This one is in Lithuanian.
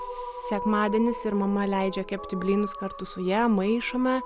sekmadienis ir mama leidžia kepti blynus kartu su ja maišome